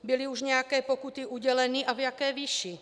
Byly už nějaké pokuty uděleny a v jaké výši?